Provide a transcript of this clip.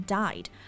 died